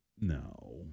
No